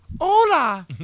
hola